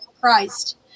Christ